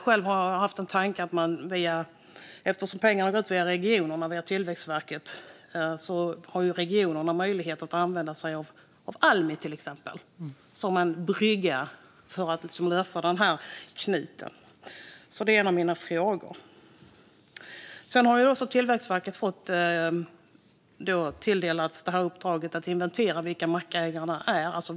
Själv har jag haft tanken att eftersom pengarna går ut till regionerna via Tillväxtverket har regionerna möjlighet att använda sig av till exempel Almi för att lösa den här knuten. Tillväxtverket har också tilldelats uppdraget att inventera vilka mackar som saknas.